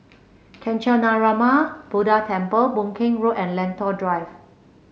Kancanarama Buddha Temple Boon Keng Road and Lentor Drive